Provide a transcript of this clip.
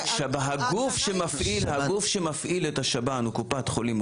הגוף שמפעיל את השב"ן הוא קופת חולים,